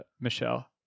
Michelle